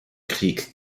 krieg